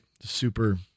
Super